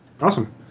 Awesome